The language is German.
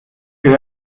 ich